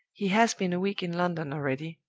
he has been a week in london already.